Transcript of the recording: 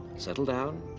settle down